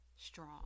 strong